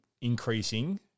increasing